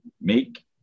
make